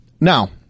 Now